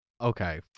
Okay